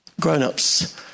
grown-ups